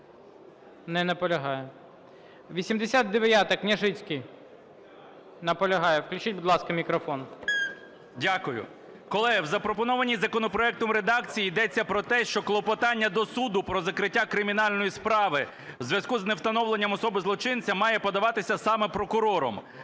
Не наполягає. 89-а, Княжицький. Наполягає. Включіть, будь ласка, мікрофон. 17:06:41 КНЯЖИЦЬКИЙ М.Л. Дякую. Колеги, в запропонованій законопроектом редакції йдеться про те, що клопотання до суду про закриття кримінальної справи в зв'язку з невстановленням особи злочинця, має подаватися саме прокурором. Але